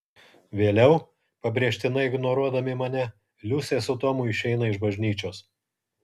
vėliau pabrėžtinai ignoruodami mane liusė su tomu eina iš bažnyčios